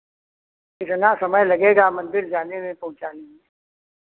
कितना समय लगेगा मंदिर जाने में पहुँचाने में